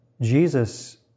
Jesus